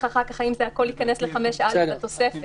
אחר כך האם זה הכול ייכנס ל-5(א) לתוספת.